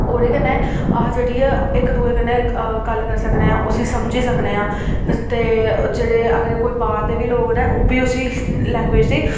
ओह्दे कन्नै अस जेह्ड़ी ऐ इक दूऐ कन्नै गल्ल करी सकने आं उसी समझी सकने आं ते जेह्ड़े अगर कोई बाह्र दे बी लोक न ओह्बी उसी लैंग्वेज़ दी